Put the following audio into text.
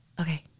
okay